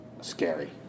scary